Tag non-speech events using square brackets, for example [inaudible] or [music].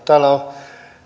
[unintelligible] täällä on